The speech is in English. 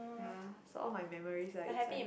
ya so all my memories are all inside